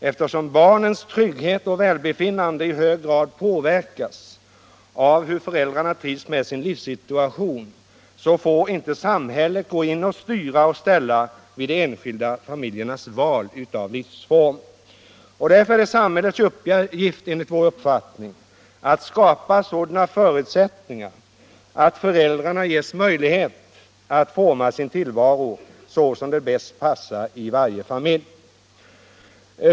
Eftersom barnens trygghet och välbefinnande i hög grad påverkas av hur föräldrarna trivs med sin livssituation får inte samhället gå in och styra och ställa vid de enskilda familjernas val av livsform. Därför är det samhällets uppgift, enligt vår uppfattning, att skapa sådana förutsättningar att föräldrarna ges möjlighet att forma sin tillvaro så som det bäst passar i varje familj.